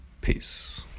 Peace